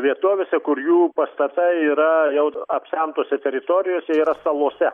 vietovėse kur jų pastatai yra jau apsemtose teritorijose jie yra salose